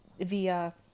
via